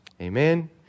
Amen